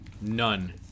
None